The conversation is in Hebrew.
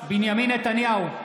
בנימין נתניהו,